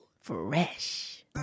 Fresh